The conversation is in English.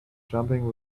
jumping